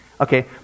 okay